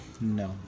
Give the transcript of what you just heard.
No